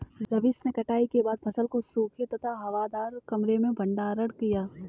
रवीश ने कटाई के बाद फसल को सूखे तथा हवादार कमरे में भंडारण किया